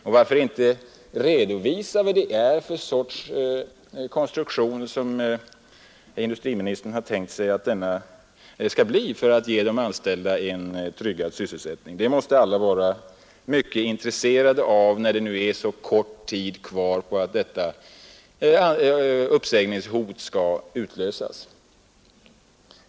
Och varför inte redovisa vilken konstruktion industriministern nu har tänkt sig för att ge de anställda en tryggad sysselsättning? Det måste alla vara mycket intresserade av, när det nu är så kort tid kvar till dess uppsägningshotet skall utlösas.